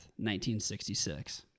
1966